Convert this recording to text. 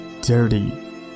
Dirty